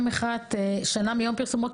שנה מיום פרסומו,